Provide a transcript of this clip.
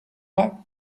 pas